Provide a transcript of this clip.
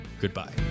goodbye